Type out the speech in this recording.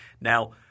Now